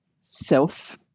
self